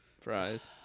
fries